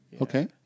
okay